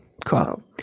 Cool